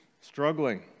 struggling